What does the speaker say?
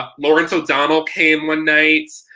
ah lawrence o'donnell came one night.